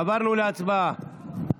עברנו להצבעה.